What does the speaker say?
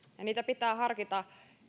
ja niitä pitää harkita